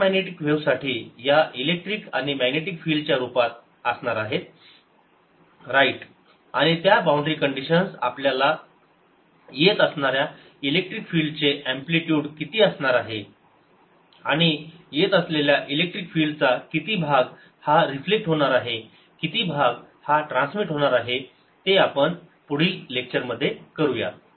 electromagnetic wave साठी या electric आणि मॅग्नेटिक फिल्ड्स च्या रूपात असणार आहे राईट आणि त्या बाउंड्री कंडिशन्स आपल्याला येत असणाऱ्या इलेक्ट्रिक फील्ड चे अँप्लिटयूड किती असणार आहे आणि येत असलेल्या इलेक्ट्रिक फील्ड चा किती भाग हा रिफ्लेक्ट होणार आहे किती भाग हा ट्रान्समिट होणार आहे ते आपण पुढील लेक्चर मध्ये करूयात